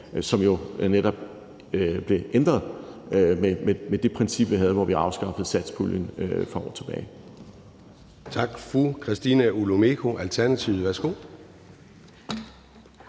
som jo netop blev ændret med det princip, vi havde, hvor vi afskaffede satspuljen for år tilbage.